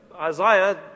Isaiah